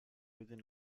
within